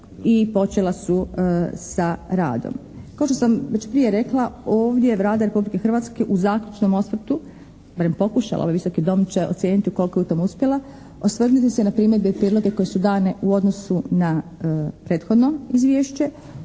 i počela su sa radom. Kao što sam već prije rekla, ovdje je Vlada Republike Hrvatske u zaključnom osvrtu barem pokušala, ovaj Visoki dom će ocijeniti ukoliko je u tom uspjela, osvrnuti se na primjedbe i prijedloge koji su dani u odnosu na prethodno izvješće.